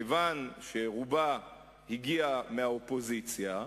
כיוון שרובה הגיע מהאופוזיציה,